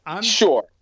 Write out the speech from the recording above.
Sure